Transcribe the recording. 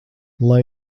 lai